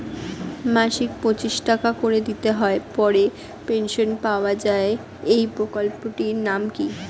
মাসিক পঁচিশ টাকা করে দিতে হয় পরে পেনশন পাওয়া যায় এই প্রকল্পে টির নাম কি?